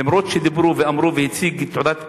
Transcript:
למרות שדיברו ואמרו והציג תעודת קצין,